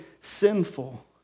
sinful